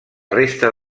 resta